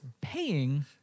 paying